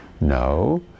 No